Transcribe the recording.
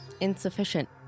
insufficient